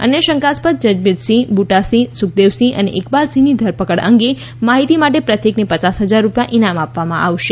અન્ય શંકાસ્પદ જજબીરસિંહ બૂટા સિંહ સુખદેવસિંહ અને ઇકબાલ સિંહની ધરપકડ અંગે માહિતી માટે પ્રત્યેકને પચાસ હજાર રૂપિયા ઇનામ આપવામાં આવશે